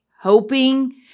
hoping